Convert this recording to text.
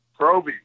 Proby